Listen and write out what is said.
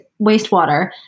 wastewater